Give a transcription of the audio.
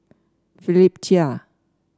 Philip Chia